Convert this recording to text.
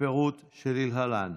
הפירוט שלהלן: